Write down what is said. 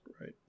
Right